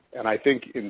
and i think,